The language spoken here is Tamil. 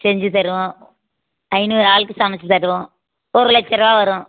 செஞ்சுத் தருவோம் ஐந்நூறு ஆளுக்கு சமைத்துத் தருவோம் ஒரு லட்சம் ரூபா வரும்